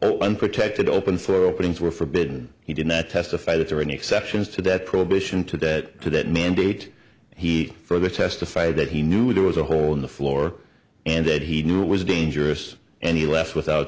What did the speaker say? over unprotected open for openings were forbidden he did not testify that there are any exceptions to that prohibition today that to that mandate he further testified that he knew there was a hole in the floor and that he knew it was dangerous and he left without